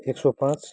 एक सौ पाँच